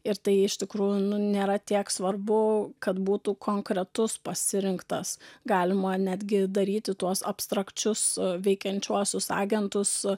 ir tai iš tikrųjų nu nėra tiek svarbu kad būtų konkretus pasirinktas galima netgi daryti tuos abstrakčius veikiančiuosius agentus